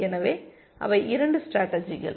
எனவே அவை 2 ஸ்டேடர்ஜிகள்